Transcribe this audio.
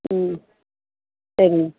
ம் சரிங்க